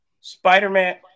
Spider-Man